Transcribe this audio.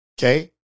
Okay